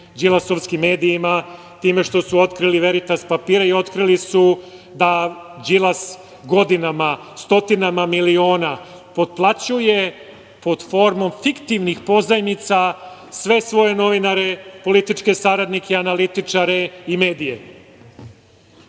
Đilasovskim medijima, time što su otkrili veritas papire i otkrili su da Đilas godinama, stotinama miliona potplaćuje, pod formom fiktivnih pozajmica sve svoje novinare, političke saradnike, analitičare i